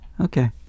Okay